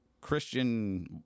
Christian